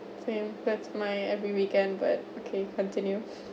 same that's my every weekend but okay continue